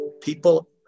people